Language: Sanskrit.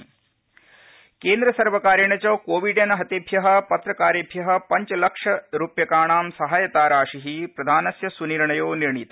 पत्रकाराय केन्द्रसर्वकारेण च कोविडेन हतेभ्यः पत्रकारेभ्यः पत्र्वलक्षरुप्यकाणां सहायता राशिः प्रदानस्य सुनिर्णयो निर्णीतः